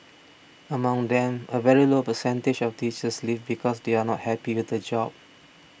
among them a very low percentage of teachers leave because they are not happy with the job